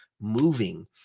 moving